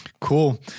Cool